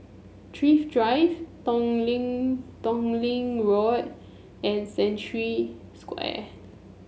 Thrift Drive Tong Lee Tong Lee Road and Century Square